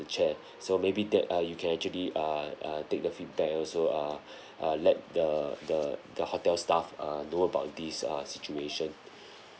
chair so maybe that uh you can actually err uh take the feedback and also err uh let the the the hotel staff uh know about this uh situation